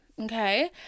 okay